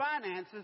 finances